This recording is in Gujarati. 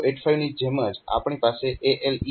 તો 8085 ની જેમ જ આપણી પાસે ALE લાઇન છે